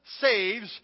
saves